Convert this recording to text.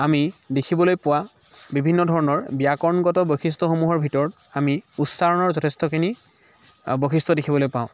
আমি দেখিবলৈ পোৱা বিভিন্ন ধৰণৰ ব্যাকৰণগত বৈশিষ্ট্য়সমূহৰ ভিতৰত আমি উচ্চাৰণৰ যথেষ্টখিনি বৈশিষ্ট্য় দেখিবলৈ পাওঁ